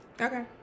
Okay